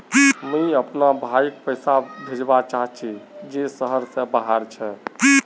मुई अपना भाईक पैसा भेजवा चहची जहें शहर से बहार छे